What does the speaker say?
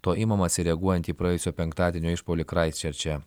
to imamasi reaguojant į praėjusio penktadienio išpuolį kraistčerče